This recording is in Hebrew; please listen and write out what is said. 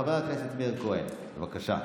חבר הכנסת מאיר כהן, בבקשה.